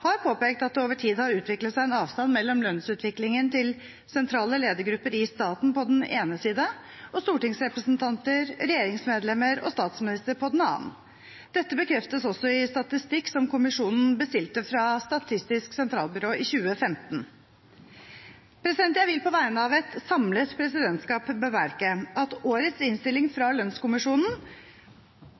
har påpekt at det over tid har utviklet seg en avstand mellom lønnsutviklingen til sentrale ledergrupper i staten på den ene siden og stortingsrepresentanter, regjeringsmedlemmer og statsminister på den annen. Dette bekreftes også i statistikk som kommisjonen bestilte fra Statistisk sentralbyrå i 2015. Jeg vil på vegne av et samlet presidentskap bemerke at årets innstilling fra lønnskommisjonen